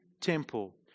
temple